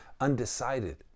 undecided